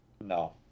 no